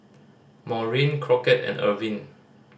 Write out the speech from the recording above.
Maureen Crockett and Irving